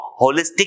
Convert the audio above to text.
holistic